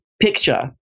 picture